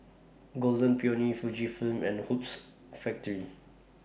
Golden Peony Fujifilm and Hoops Factory